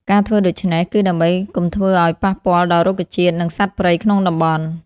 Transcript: ការធ្វើដូច្នេះ គឺដើម្បីកុំធ្វើឱ្យប៉ះពាល់ដល់រុក្ខជាតិ និងសត្វព្រៃក្នុងតំបន់។